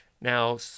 now